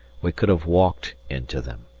we could have walked into them.